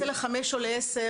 אתה רוצה לחמש או לעשר,